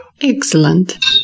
Excellent